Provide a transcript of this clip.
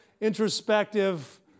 introspective